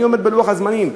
אני עומד בלוח הזמנים,